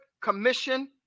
commission